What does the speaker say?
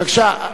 בבקשה.